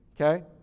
Okay